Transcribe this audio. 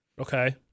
Okay